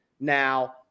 now